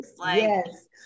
Yes